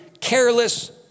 careless